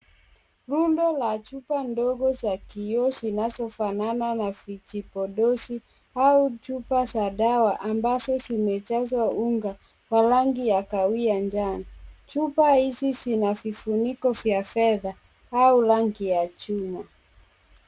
Rundo la chupa ndogo za kioo zinazo fanana na vijipodozi au chupa za dawa ambazo zimejazwa unga wa rangi ya kahawai na njano. Chupa hizi zina vifuniko vya fedha au rangi ya chuma.